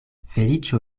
feliĉo